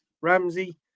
Ramsey